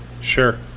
Sure